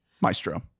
maestro